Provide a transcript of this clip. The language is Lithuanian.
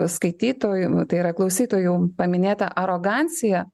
skaitytojų tai yra klausytojų paminėta arogancija